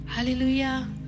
Hallelujah